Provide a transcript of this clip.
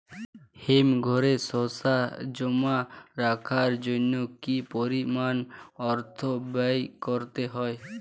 হিমঘরে শসা জমা রাখার জন্য কি পরিমাণ অর্থ ব্যয় করতে হয়?